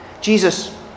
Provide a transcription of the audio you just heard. Jesus